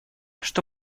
что